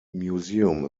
museum